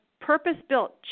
purpose-built